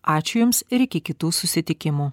ačiū jums ir iki kitų susitikimų